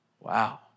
Wow